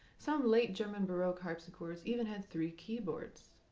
some late german baroque harpsichords even had three keyboards!